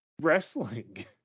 Wrestling